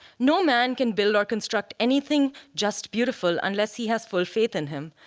no man can build or construct anything just beautiful unless he has full faith in him.